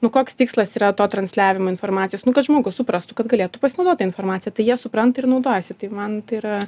nu koks tikslas yra to transliavimo informacijos nu kad žmogus suprastų kad galėtų pasinaudot ta informacija tai jie supranta ir naudojasi tai man tai yra